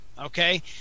okay